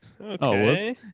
Okay